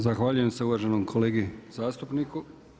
Zahvaljujem se uvaženom kolegi zastupniku.